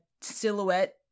silhouette